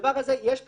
בדבר הזה יש קושי.